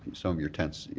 some of your tents,